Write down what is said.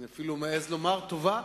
אני אפילו מעז לומר, טובה.